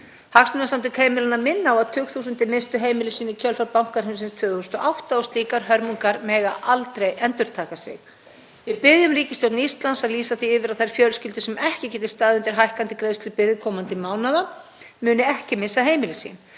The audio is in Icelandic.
Hagsmunasamtök heimilanna minna á að tugþúsundir misstu heimili sín í kjölfar bankahrunsins 2008. Slíkar hörmungar mega aldrei endurtaka sig. Við biðjum ríkisstjórn Íslands að lýsa því yfir að þær fjölskyldur sem ekki geti staðið undir hækkandi greiðslubyrði komandi mánaða muni ekki missa heimili sín,